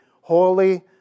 holy